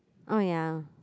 oh ya